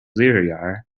lekrjahre